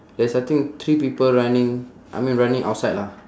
there's I think three people running I mean running outside lah